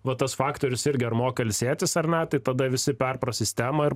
va tas faktorius irgi ar moka ilsėtis ar ne tai tada visi perpras sistemą ir